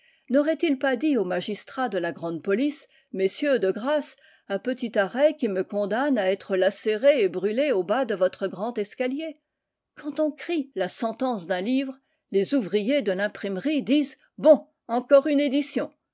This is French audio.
n'auraient-ils pas dit aux magistrats de la grande police messieurs de grâce un petit arrêt qui me condamne à être lacéré et brûlé au bas de votre grand escalier quand on crie la sentence d'un livre les ouvriers de l'imprimerie disent bon encore une édition